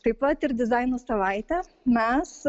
taip pat ir dizaino savaitę mes